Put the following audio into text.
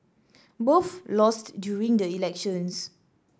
both lost during the elections